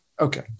Okay